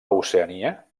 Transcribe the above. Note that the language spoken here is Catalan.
oceania